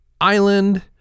island